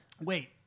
Wait